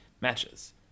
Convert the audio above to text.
matches